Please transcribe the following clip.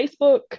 Facebook